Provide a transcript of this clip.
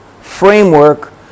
framework